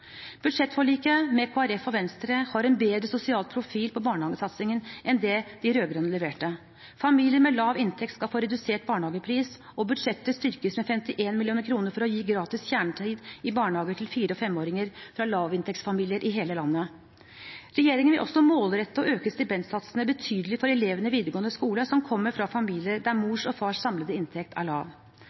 Budsjettforliket med Kristelig Folkeparti og Venstre har en bedre sosial profil på barnehagesatsingen enn det de rød-grønne leverte. Familier med lav inntekt skal få redusert barnehagepris, og budsjettet styrkes med 51 mill. kr for å gi gratis kjernetid i barnehager til fire- og femåringer fra lavinntektsfamilier i hele landet. Regjeringen vil også målrette og øke stipendsatsene betydelig for elever i videregående skole som kommer fra familier der mors og fars samlede inntekt er lav.